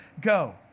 go